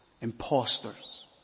imposters